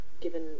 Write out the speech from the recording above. given